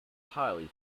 highly